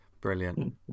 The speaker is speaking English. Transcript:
brilliant